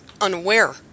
unaware